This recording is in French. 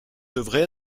devait